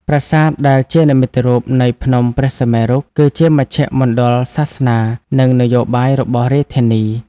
ប្រាសាទដែលជានិមិត្តរូបនៃភ្នំព្រះសុមេរុ គឺជាមជ្ឈមណ្ឌលសាសនា និងនយោបាយរបស់រាជធានី។